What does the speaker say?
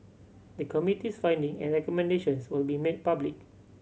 the Committee's finding and recommendations will be made public